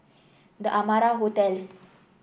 The Amara Hotel